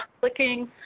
clicking